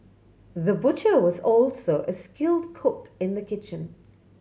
the butcher was also a skilled cook in the kitchen